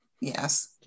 yes